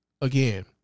again